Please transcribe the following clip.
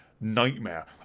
nightmare